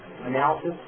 analysis